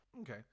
Okay